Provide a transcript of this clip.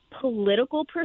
political